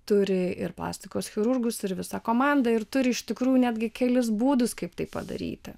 turi ir plastikos chirurgus ir visą komandą ir turi iš tikrųjų netgi kelis būdus kaip tai padaryti